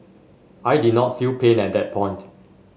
I did not feel pain at that point